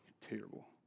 Terrible